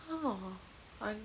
!huh! I